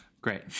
Great